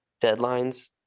deadlines